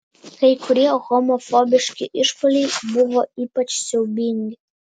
kai kurie homofobiški išpuoliai buvo ypač siaubingi